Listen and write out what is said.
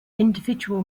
individual